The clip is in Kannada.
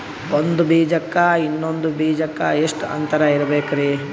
ಒಂದ್ ಬೀಜಕ್ಕ ಇನ್ನೊಂದು ಬೀಜಕ್ಕ ಎಷ್ಟ್ ಅಂತರ ಇರಬೇಕ್ರಿ?